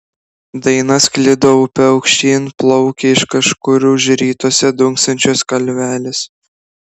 daina sklido upe aukštyn plaukė iš kažkur už rytuose dunksančios kalvelės